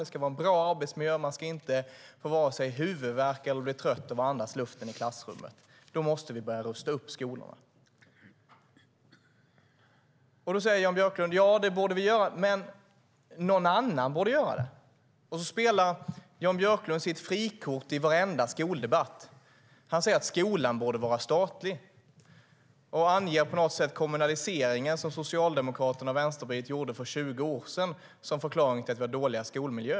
Det ska vara en bra arbetsmiljö där man varken får huvudvärk eller blir trött av luften i klassrummet. Därför måste vi rusta upp skolorna. Jan Björklund säger: Ja, men någon annan borde göra det. Sedan spelar han ut sitt frikort i varenda skoldebatt, nämligen att skolan borde vara statlig och anger på något sätt kommunaliseringen som Socialdemokraterna och Vänsterpartiet gjorde för 20 år sedan som förklaring till dålig skolmiljö.